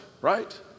right